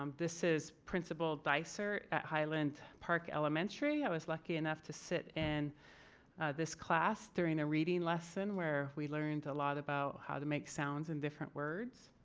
um this is principal dysart at highland park elementary. i was lucky enough to sit in this class during a reading lesson where we learned a lot about how to make sounds and different words